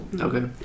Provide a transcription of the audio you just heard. okay